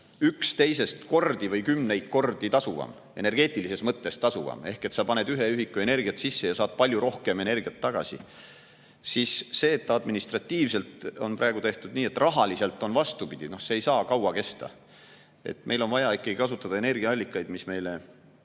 üks teisest kordi või kümneid kordi tasuvam, energeetilises mõttes tasuvam, ehk sa paned ühe ühiku energiat sisse ja saad palju rohkem energiat tagasi, siis see, et administratiivselt on praegu tehtud nii, et rahaliselt on vastupidi, ei saa kaua kesta. Meil on ikkagi vaja kasutada energiaallikaid, mis meile